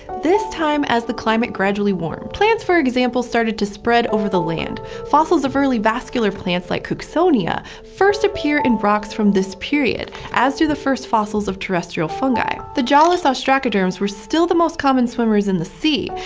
this time as the climate gradually warmed. plants, for example, started to spread over the land. fossils of early vascular plants, like cooksonia, first appear in rocks from this period, as do the first fossils of terrestrial fungi. the jawless ostracoderms were still the most common swimmers in the sea,